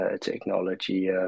technology